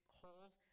holes